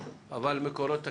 אבל מקורות תקציביים.